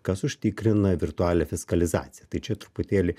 kas užtikrina virtualią fiskalizaciją tai čia truputėlį